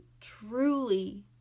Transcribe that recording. truly